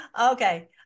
Okay